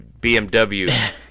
BMW